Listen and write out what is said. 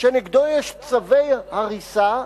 שנגדו יש צווי הריסה,